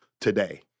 today